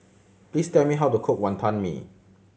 please tell me how to cook Wonton Mee